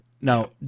Now